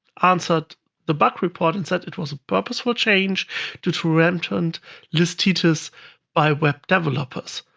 answered the bug report and said it was a purposeful change due to rampant list-itis by web developers.